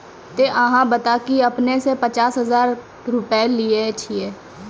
ते अहाँ बता की आपने ने पचास हजार रु लिए छिए?